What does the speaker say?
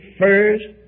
first